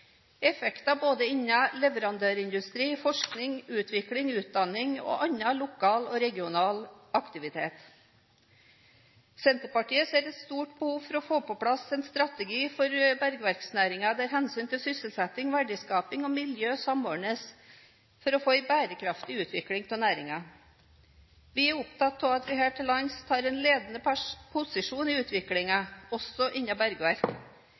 effekter innenfor både leverandørindustri, forskning, utvikling, utdanning og annen lokal regional aktivitet. Senterpartiet ser et stort behov for å få på plass en strategi for bergverksnæringen der hensynet til sysselsetting, verdiskaping og miljø samordnes for å få en bærekraftig utvikling av næringen. Vi er opptatt av at vi her til lands tar en ledende posisjon i utviklingen – også innenfor bergverk.